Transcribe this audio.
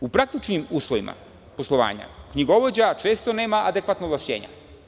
U praktičnim uslovima poslovanja knjigovođa često nema adekvatna ovlašćenja.